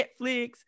Netflix